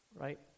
Right